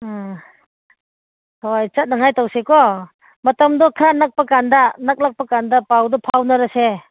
ꯎꯝ ꯍꯣꯏ ꯆꯠꯅꯉꯥꯏ ꯇꯧꯁꯦꯀꯣ ꯃꯇꯝꯗꯣ ꯈꯔ ꯅꯛꯄ ꯀꯥꯟꯗ ꯅꯛꯂꯛꯄ ꯀꯥꯟꯗ ꯐꯥꯎꯗꯣ ꯐꯥꯎꯅꯔꯁꯦ